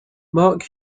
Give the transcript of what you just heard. mark